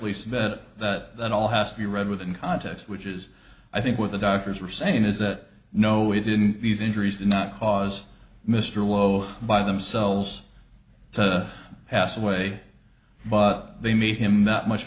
lisa that that all has to be read with in context which is i think what the doctors are saying is that no it didn't these injuries did not cause mr lowe by themselves to pass away but they made him that much